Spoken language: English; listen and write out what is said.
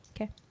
Okay